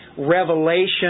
revelation